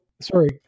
Sorry